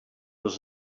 was